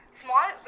small